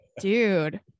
Dude